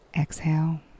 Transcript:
exhale